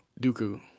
Dooku